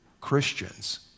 Christians